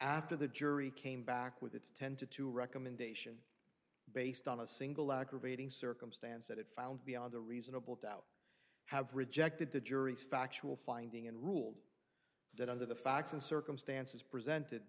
after the jury came back with its ten to two recommendation based on a single aggravating circumstance that it found beyond a reasonable doubt have rejected the jury's factual finding and ruled that under the facts and circumstances presented